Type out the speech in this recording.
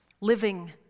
living